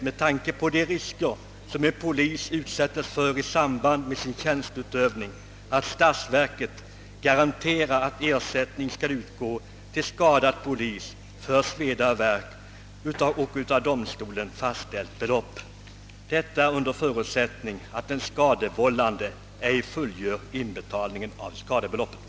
Med tanke på de risker en polis utsättes för i sin tjänsteutövning torde det inte vara oskäligt att statsverket garanterar ersättningen till skadad polis för sveda och värk med av domstol